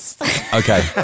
Okay